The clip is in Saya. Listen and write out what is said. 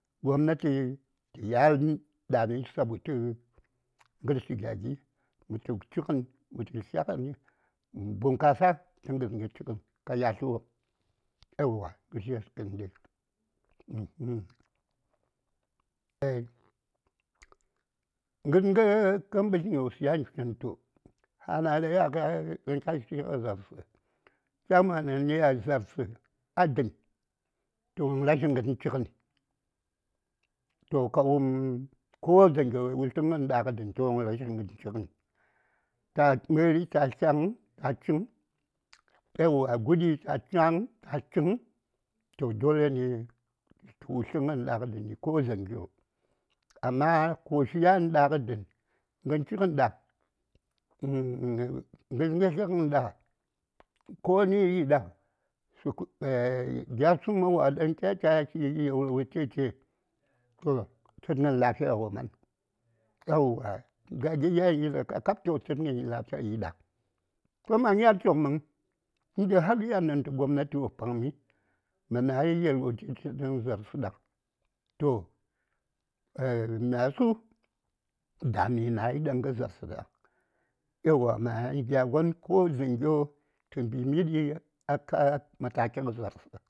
﻿Gobnati tə yaldami sabutə gərshi gya gi mə tu chigən mə tu tlyagən mə bunkasa tə gəngə chigən ka yatlwopm yauwa gəshes kəndi ai gəngə kə mbətləŋ wos yan chitu a dən toh nə rashi gəngə chigən toh ko dzaŋyo wutluŋgən ɗagə dən toh nə rashi gən gə chigən, məri ta tlyaŋ ta chiŋ yauwa guɗi tah cha:ŋ ta chi:ŋ toh dole ne tə yi tu wutləŋgən ɗagə dəni ko dzaŋyo amma koshi yan ɗagə dən gən chigən ɗa gən gə tlyagən ɗa koni yi ɗa gya tsuma wa daŋ kya cha yi toh tsəngən lafiya wo man aeywa gya gi yan yiɗa kakab toh tsəngən lafiya yi ɗa ko yan mya chobməŋ indai har yan ɗantu gobnati wo paŋmi mə nayi yalwacheche daŋ za:rsə ɗaŋ toh myasu da mi nayi ɗaŋ kə za:rsə ɗaŋ aeywa myani gya gon ko dzaŋyo tə mbimi ɗi a kə mataki gə za:rsə.